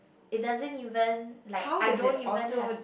it doesn't even like I don't even have